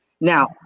Now